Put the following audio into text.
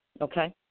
Okay